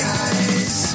Guys